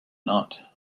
not